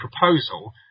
proposal